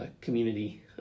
community